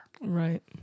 Right